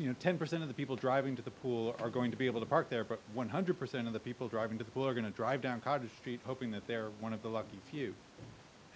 you know ten percent of the people driving to the pool are going to be able to park there but one hundred percent of the people driving to the pool are going to drive down crowded street hoping that they're one of the lucky few